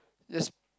just